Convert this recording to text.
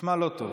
נשמע לא טוב.